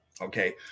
okay